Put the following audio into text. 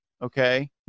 Okay